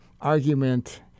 argument